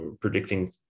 predicting